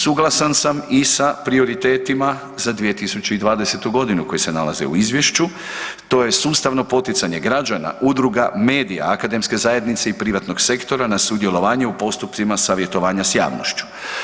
Suglasan sam i sa prioritetima za 2020.g. koji se nalaze u izvješću, to je sustavno poticanje građana, udruga, medija, akademske zajednice i privatnog sektora na sudjelovanje u postupcima savjetovanja s javnošću.